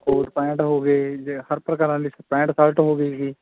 ਕੋਟ pant ਹੋ ਗਏ ਜੇ ਹਰ ਪ੍ਰਕਾਰ ਦੀ ਪੈਂਟ ਸ਼ਰਟ ਹੋ ਗਈ ਜੀ